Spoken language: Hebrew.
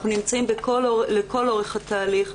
אנחנו נמצאים לכל אורך התהליך.